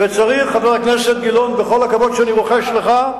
וצריך, חבר הכנסת גילאון, בכל הכבוד שאני רוחש לך,